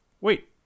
wait